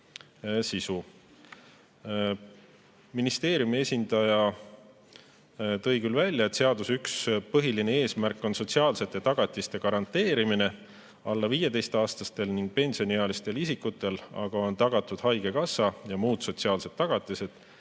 sisu. Ministeeriumi esindaja ütles, et seaduse üks põhiline eesmärk on sotsiaalsete tagatiste garanteerimine, alla 15-aastastel ning pensioniealistel isikutel aga on tagatud haigekassa [kindlustatus] ja muud sotsiaalsed tagatised,